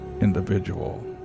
individual